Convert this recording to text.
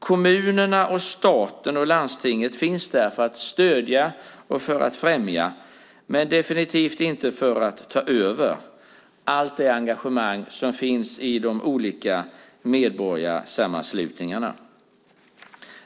Kommunerna, staten och landstingen finns där för att stödja och främja men definitivt inte för att ta över allt det engagemang som finns i de olika medborgarsammanslutningarna.